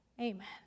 Amen